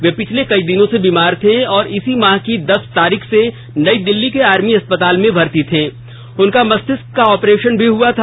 वे पिछले कई दिनों से बीमार थे और इस माह की दस तारीख से नई दिल्ली के आर्मी अस्पताल में भर्ती थे उनका मरितष्क का भी ऑपरेशन हआ था